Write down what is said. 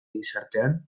gizartean